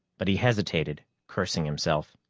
but he hesitated, cursing himself.